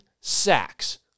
sacks